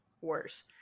worse